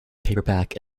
paperback